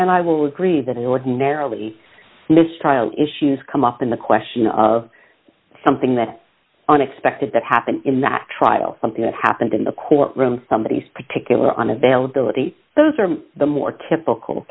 and i will agree that ordinarily miss trial issues come up in the question of something that unexpected that happened in the trial something that happened in the courtroom somebody is particular on availability those are the more typical